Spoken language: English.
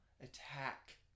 attack